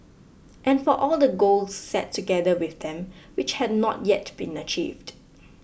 and for all the goals set together with them which had not yet been achieved